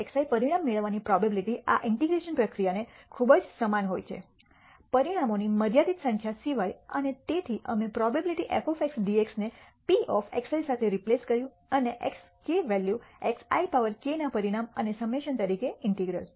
xi પરિણામ મેળવવાની probability આ ઇન્ટીગ્રેશન પ્રક્રિયાને ખૂબ જ સમાન હોય છે પરિણામોની મર્યાદિત સંખ્યા સિવાય અને તેથી અમે પ્રોબેબીલીટી f dx ને p સાથે રિપ્લેસ કર્યું છે અને xk વૅલ્યુ xik ના પરિણામ અને સમૈશન તરીકે ઇન્ટીગ્રલ